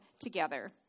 together